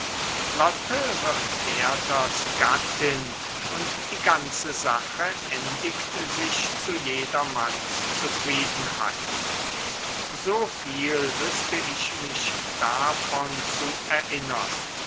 lotte wird werthers gattin und die ganze sache endigt sich zu jedermanns zufriedenheit so viel wüßte ich mich davon zu erinnern